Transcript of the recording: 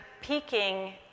peaking